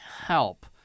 help